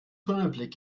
tunnelblick